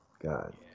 God